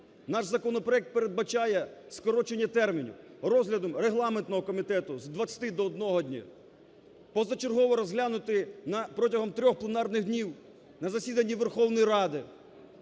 Наш законопроект передбачає скорочення термінів розгляду регламентного комітету з 20 до одного дня. Позачергово розглянути протягом трьох пленарних днів на засіданні Верховної Ради.